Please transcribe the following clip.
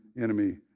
enemy